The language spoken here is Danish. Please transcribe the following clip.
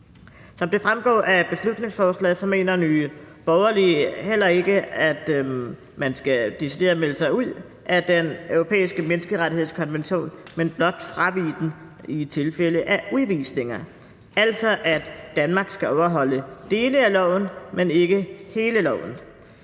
Som det fremgår af beslutningsforslaget, mener Nye Borgerlige heller ikke, at man decideret skal melde sig ud af den europæiske menneskerettighedskonvention, men blot fravige den i tilfælde af udvisninger, altså at Danmark skal overholde dele af loven, men ikke hele loven.